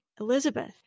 Elizabeth